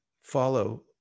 follow